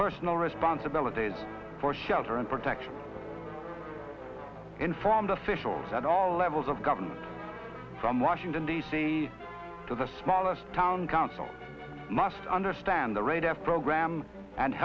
personal responsibilities for shelter and protection informed officials at all levels of government from washington d c to the smallest town council must understand the radar program and